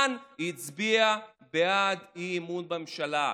מזמן הצביעה בעד אי-אמון בממשלה.